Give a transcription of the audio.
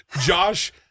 Josh